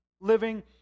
living